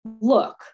look